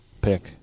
pick